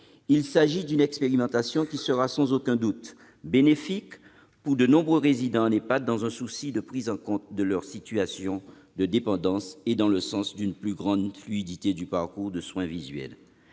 zéro. Une telle expérimentation sera sans aucun doute bénéfique pour de nombreux résidents en EHPAD, dans un souci de prise en compte de leur situation de dépendance et dans le sens d'une plus grande fluidité du parcours de soins visuels.